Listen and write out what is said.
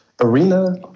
arena